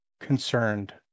concerned